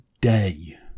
day